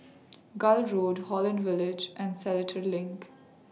Gul Road Holland Village and Seletar LINK